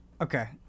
Okay